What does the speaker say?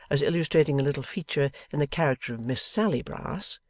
as illustrating a little feature in the character of miss sally brass,